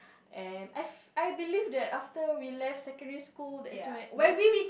and I fe~ I believe that after we left secondary school that's when that's